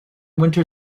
winter